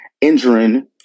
injuring